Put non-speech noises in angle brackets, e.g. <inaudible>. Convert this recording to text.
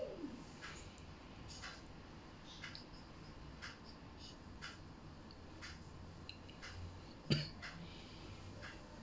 <coughs>